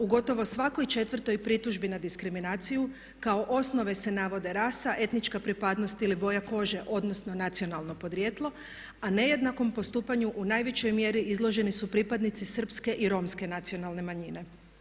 U gotovo svakoj četvrtoj pritužbi na diskriminaciju kao osnove se navode rasa, etnička pripadnost ili boja koža odnosno nacionalno podrijetlo a nejednakom postupanju u najvećoj mjeri izloženi su pripadnici Srpske i Romske nacionalne manjine.